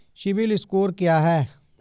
CIBIL score क्या है?